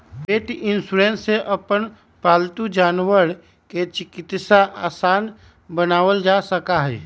पेट insurance से अपन पालतू जानवर के चिकित्सा आसान बनावल जा सका हई